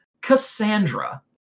Cassandra